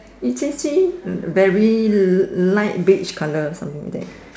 very li~ light beige colour something like that